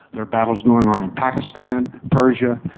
there are battles going on in pakistan, persia.